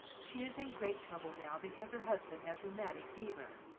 she is in great trouble now because her husband has rheumatic fever.